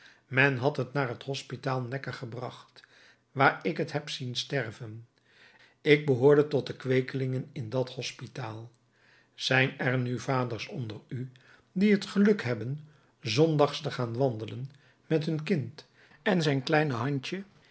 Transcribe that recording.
men had het naar het hospitaal necker gebracht waar ik het heb zien sterven ik behoorde tot de kweekelingen in dat hospitaal zijn er nu vaders onder u die het geluk hebben zondags te gaan wandelen met hun kind en zijn kleine handje